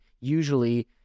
usually